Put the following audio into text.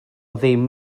ddim